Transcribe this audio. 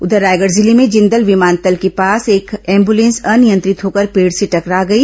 उघर रॉयगढ़ जिले में जिंदल विमानतल के पास एक एंबुलेंस अनियंत्रित होकर पेड़ से टकरा गई